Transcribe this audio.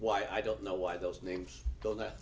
why i don't know why those names go that